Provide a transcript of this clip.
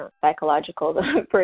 psychological